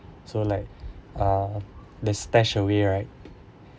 so like uh the stashaway right